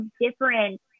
different